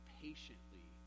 patiently